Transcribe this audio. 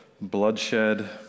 bloodshed